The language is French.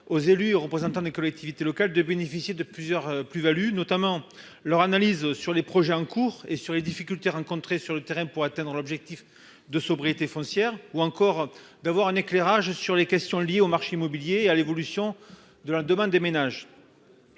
aux élus, représentants des collectivités locales de bénéficier de plusieurs plus-values notamment leur analyse sur les projets en cours et sur les difficultés rencontrées sur le terrain pour atteindre l'objectif de sobriété foncière ou encore d'avoir un éclairage sur les questions liées au marché immobilier à l'évolution de la demande des ménages.